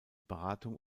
beratung